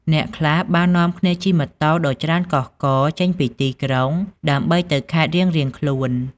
អ្នកខ្លះបាននាំគ្នាជិះម៉ូតូដ៏ច្រើនកុះករចេញពីទីក្រុង ដើម្បីទៅខេត្តរៀងៗខ្លួន។